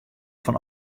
fan